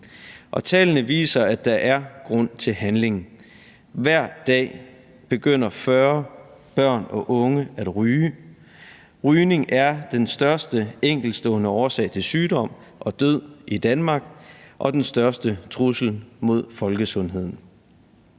Tallene viser, at der er grund til handling. Hver dag begynder 40 børn og unge at ryge. Rygning er den største enkeltstående årsag til sygdom og død i Danmark og den største trussel mod folkesundheden.